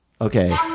Okay